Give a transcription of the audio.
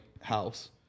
house